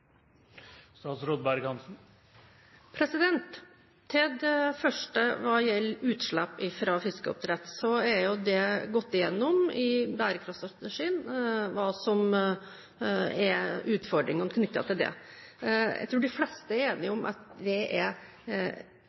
Til det første hva gjelder utslipp fra fiskeoppdrett, så er jo det gjennomgått i bærekraftstrategien hva som er utfordringene knyttet til dette. Jeg tror de fleste er enige om at det i det store bildet er